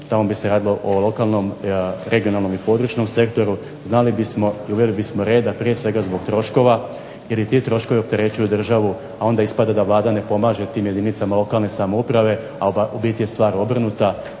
tamo bi se radilo o lokalnom, regionalnom i područnom sektoru, znali bismo i uveli bismo reda. Prije svega zbog troškova, jer i ti troškovi opterećuju državu, a onda ispada da Vlada ne pomaže tim jedinicama lokalne samouprave, a u biti je stvar obrnuta